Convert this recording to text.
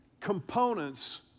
components